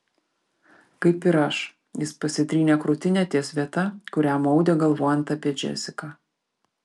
kaip ir aš jis pasitrynė krūtinę ties vieta kurią maudė galvojant apie džesiką